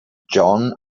john